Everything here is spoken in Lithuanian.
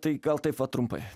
tai gal taip va trumpai